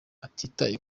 atitaye